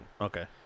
Okay